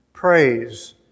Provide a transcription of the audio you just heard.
Praise